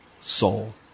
soul